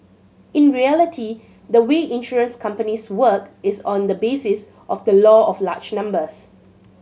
in reality the way insurance companies work is on the basis of the law of large numbers